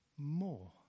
more